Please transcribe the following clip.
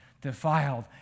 defiled